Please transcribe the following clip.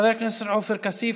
חבר הכנסת עופר כסיף,